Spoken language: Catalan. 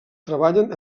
treballen